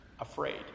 afraid